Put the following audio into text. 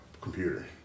computer